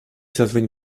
zadzwoń